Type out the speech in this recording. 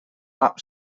lap